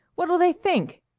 what'll they think?